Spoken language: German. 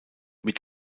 mit